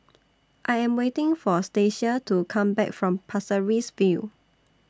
I Am waiting For Stacia to Come Back from Pasir Ris View